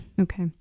okay